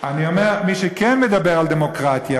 אני אומר: מי שכן מדבר על דמוקרטיה,